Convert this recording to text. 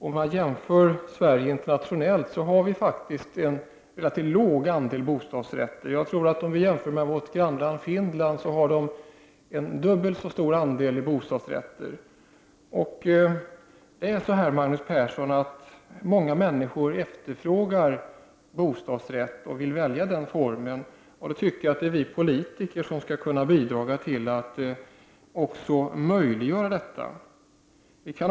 Sverige har faktiskt internationellt sett en relativt låg andel bostadsrätter. Vårt grannland Finland har en dubbelt så stor andel bostadsrätter. Många människor efterfrågar, Magnus Persson, bo stadsrätter och vill välja den formen av boende. Jag menar då att vi politiker skall bidra till att möjliggöra detta.